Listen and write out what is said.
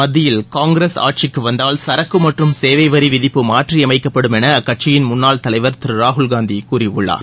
மத்தியில் காங்கிரஸ் ஆட்சிக்கு வந்தால் ஏக்கு மற்றும் சேவை வரி விதிப்பு மாற்றியமைக்கப்படும் எள அக்கட்சியின் முன்னாள் தலைவர் திரு ராகுல்காந்தி கூறியுள்ளார்